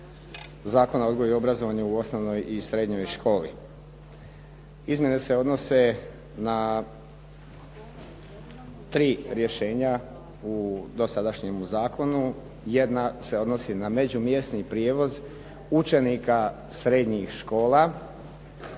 zakona o odgoju i obrazovanju u osnovnoj i srednjoj školi. Izmjene se odnose na tri rješenja u dosadašnjemu zakonu, jedna se odnosi na međumjesni prijevoz učenika srednjih škola.